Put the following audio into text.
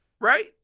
Right